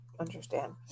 understand